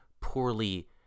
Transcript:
poorly